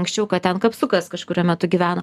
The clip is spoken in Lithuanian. anksčiau kad ten kapsukas kažkuriuo metu gyveno